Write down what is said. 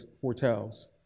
foretells